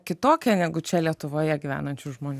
kitokie negu čia lietuvoje gyvenančių žmonių